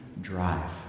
drive